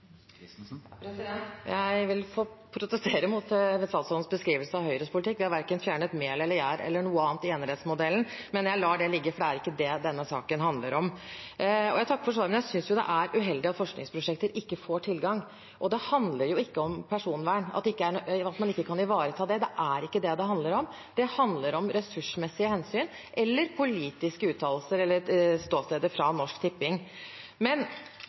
Jeg vil protestere mot statsrådens beskrivelse av Høyres politikk. Vi har verken fjernet mel, gjær eller noe annet i enerettsmodellen, men jeg lar det ligge, for det er ikke det denne saken handler om. Jeg takker for svaret, men jeg synes det er uheldig at forskningsprosjekter ikke får tilgang. Det handler ikke om personvern, at man ikke kan ivareta det. Det er ikke det det handler om. Det handler om ressursmessige hensyn eller politiske uttalelser eller ståsteder fra Norsk Tipping. Jeg skjønner at statsråden ikke vil bidra til dette forskningsprosjektet heller, som hun tidligere ikke har gjort. Men